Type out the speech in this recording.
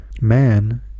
man